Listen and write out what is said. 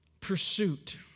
Pursuit